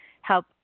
help